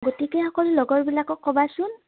গতিকে অকল লগৰবিলাকক ক'বাচোন